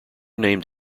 named